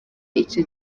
icyo